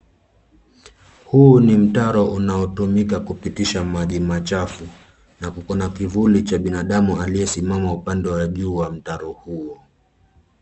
Huu ni mtaro unaotumika kupitisha maji machafu na kuko na kivuli cha binadamu aliyesimama upande wa juu wa mtaro huo.